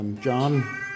John